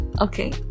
Okay